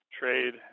trade